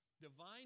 Divine